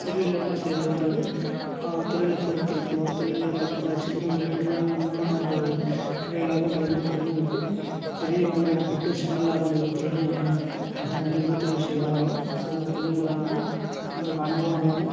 சிறிய லெவலில் செய்றதுன்றது தொழில பொறுத்திருக்குது ஒரு தொழிலில் ஒரு சின்ன முதலீடுகள் மூலமா நமக்கு நிறைய லாபம் கிடைக்கற தொழிலும் இருக்குது பெரிய முதலீடு போட்டு சின்ன லாபம் எடுக்கிற தொழிலும் இருக்குது ஆகையினால் எந்தத் தொழில் செய்தாலும் செய்யுற தொழிலில் வந்து நமக்கு அனுபவம் வேணும்